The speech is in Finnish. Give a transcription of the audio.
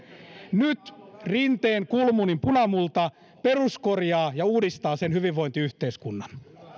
nyt rinteen kulmunin punamulta peruskorjaa ja uudistaa sen hyvinvointiyhteiskunnan